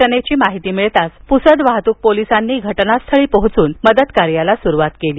घटनेची माहिती मिळताच पुसद वाहतूक पोलिसांनी घटनास्थळी पोहोचून मदतकार्याला सुरुवात केली